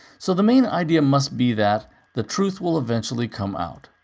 so the main idea must be that the truth will eventually come out.